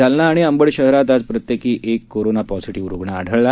जालना आणि अंबड शहरात आज प्रत्येकी एक कोरोना पॉझिटिव्ह रुग्ण आढळून आला